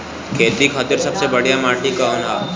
खेती खातिर सबसे बढ़िया माटी कवन ह?